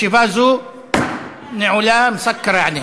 ההצעה חוזרת לוועדת הכלכלה להמשך דיון.